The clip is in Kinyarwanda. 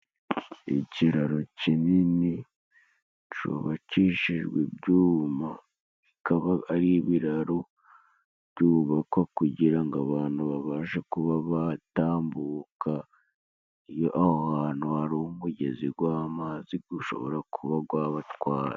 Ikiraro kinini cubakishijwe ibyuma, bikaba ari ibi birararo byubakwa kugira ngo abantu babashe kuba batambuka, iyo aho hantu hari umugezi gw'amazi gwushobora kuba gwabatwara.